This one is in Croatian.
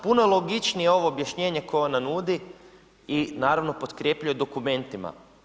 Puno je logičnije ovo objašnjenje koje ona nudi i naravno potkrjepljuje dokumentima.